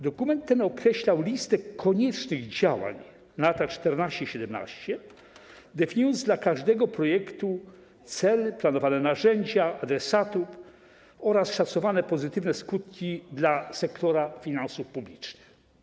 Dokument ten określał listę koniecznych działań na lata 2014–2017, definiując dla każdego projektu cel, planowane narzędzia, adresatów oraz szacowane pozytywne skutki dla sektora finansów publicznych.